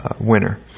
winner